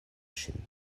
ŝin